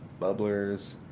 bubblers